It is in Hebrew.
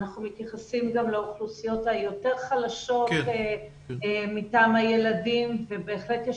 אנחנו מתייחסים גם לאוכלוסיות היותר חלשות מטעם הילדים ובהחלט יש